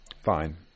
fine